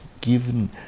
given